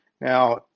now